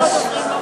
חברת הכנסת.